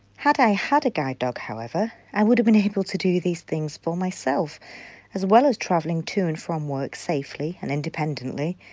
had i had a guide dog however, i would have been able to do these things for myself as well as travelling to and from work safety and independently.